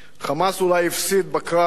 "חמאס" אולי הפסיד בקרב,